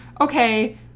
okay